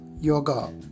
yoga